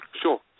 Sure